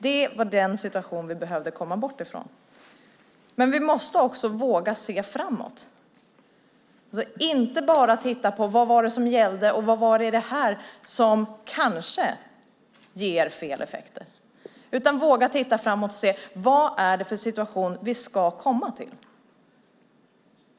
Det var den situation som vi behövde komma bort ifrån. Men vi måste också våga se framåt. Det gäller alltså att inte bara tittar på vad det var som gällde och vad det var i detta som kanske ger fel effekter. Det gäller att vi vågar titta framåt och se vad det är för situation som vi ska komma till.